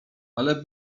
ale